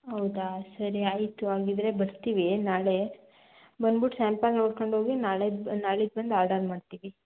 ಹೌದಾ ಸರಿ ಆಯಿತು ಹಂಗಿದ್ರೆ ಬರುತ್ತೀವಿ ನಾಳೆ ಬಂದ್ಬಿಟ್ ಸ್ಯಾಂಪಲ್ ನೋಡ್ಕೊಂಡ್ಹೋಗಿ ನಾಳೆ ಬಂದು ನಾಡಿದ್ದು ಬಂದು ಆರ್ಡರ್ ಮಾಡ್ತೀವಿ